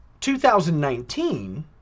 2019